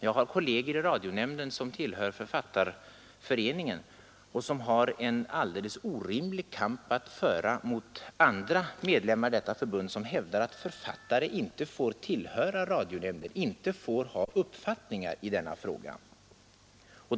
Jag har kolleger i radionämnden som tillhör Författarföreningen och måste föra en alldeles orimlig kamp mot andra medlemmar, som hävdar att författare inte får tillhöra radionämnden och inte får ha uppfattningar i dessa frågor.